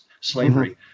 slavery